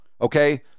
Okay